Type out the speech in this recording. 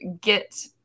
get